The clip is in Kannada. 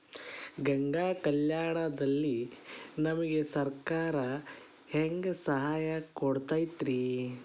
ಗಂಗಾ ಕಲ್ಯಾಣ ದಲ್ಲಿ ನಮಗೆ ಸರಕಾರ ಹೆಂಗ್ ಸಹಾಯ ಕೊಡುತೈತ್ರಿ?